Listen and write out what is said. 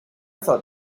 thought